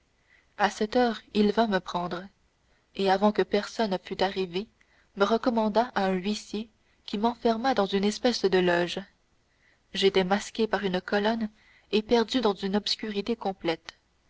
à sept heures il vint me prendre et avant que personne fût arrivé me recommanda à un huissier qui m'enferma dans une espèce de loge j'étais masqué par une colonne et perdu dans une obscurité complète